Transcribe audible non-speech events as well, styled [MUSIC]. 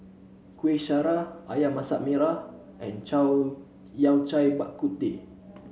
Kuih Syara ayam Masak Merah and [UNINTELLIGIBLE] Yao Cai Bak Kut Teh